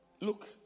Look